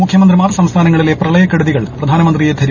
മുഖ്യമന്ത്രി മാർ സംസ്ഥാനങ്ങളിലെ പ്രളയക്കെടുതികൾ പ്രധാനമന്ത്രിയെ ധരിപ്പിച്ചു